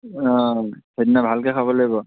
অঁ সেইদিনা ভালকৈ খাব লাগিব